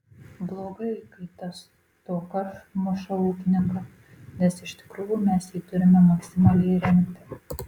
blogai kai ta stoka muša ūkininką nes iš tikrųjų mes jį turime maksimaliai remti